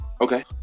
okay